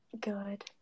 good